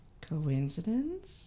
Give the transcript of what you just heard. coincidence